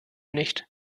nicht